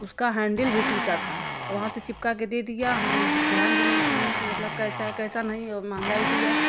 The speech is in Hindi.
उसका हैंडिल भी टूटा था वहाँ से चिपका दे दिया हम ध्यान भी नहीं दिए कि मतलब कैसा कैसा नहीं हैं और महंगा भी दिया